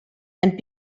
and